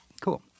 Cool